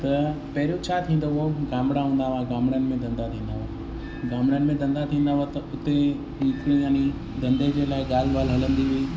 त पहिरियों छा थींदो हुओ गामड़ा हूंदा हुआ गामड़नि में धंधा थींदा हुआ गामड़नि में धंधा थींदा हुआ त उते धंधे जे लाइ ॻाल्हि वाल हलंदी हुई